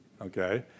okay